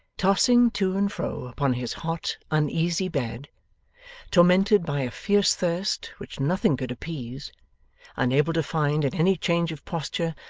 tossing to and fro upon his hot, uneasy bed tormented by a fierce thirst which nothing could appease unable to find, in any change of posture,